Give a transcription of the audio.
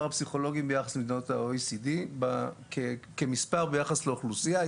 הפסיכולוגים ביחס למדינות ה-OECD כמספר ביחס לאוכלוסייה.